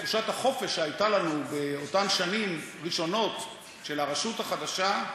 תחושת החופש שהייתה לנו באותן שנים ראשונות של הרשות החדשה,